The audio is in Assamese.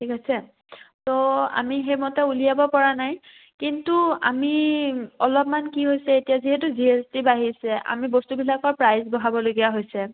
ঠিক আছে তো আমি সেইমতে উলিয়াব পৰা নাই কিন্তু আমি অলপমান কি হৈছে এতিয়া যিহেতু জি এছ টি বাঢ়িছে আমি বস্তুবিলাকৰ প্ৰাইজ বঢ়াবলগীয়া হৈছে